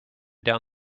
down